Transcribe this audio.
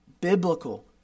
biblical